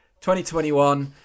2021